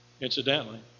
Incidentally